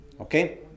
Okay